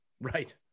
right